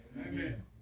Amen